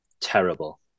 terrible